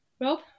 Rob